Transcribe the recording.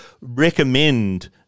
recommend